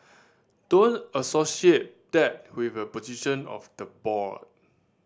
don't associate that with a position of the board